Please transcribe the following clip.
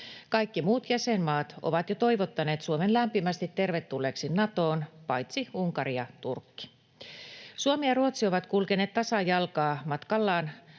Kaikki muut jäsenmaat ovat jo toivottaneet Suomen lämpimästi tervetulleeksi Natoon paitsi Unkari ja Turkki. Suomi ja Ruotsi ovat kulkeneet tasajalkaa matkallaan